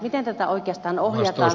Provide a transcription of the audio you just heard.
miten tätä oikeastaan ohjataan